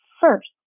first